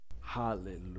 Hallelujah